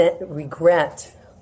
regret